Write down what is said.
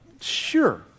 Sure